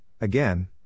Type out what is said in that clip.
again